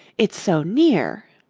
it's so near.